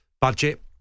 budget